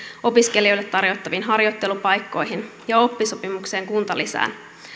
opiskelijoille tarjottaviin harjoittelupaikkoihin ja oppisopimuksen kuntalisään